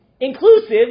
inclusive